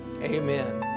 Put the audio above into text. Amen